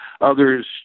Others